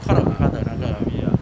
caught up 她的那个